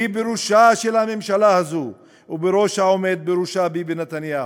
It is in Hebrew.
הן בראשה של הממשלה הזאת ובראש העומד בראשה ביבי נתניהו.